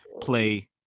play